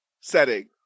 setting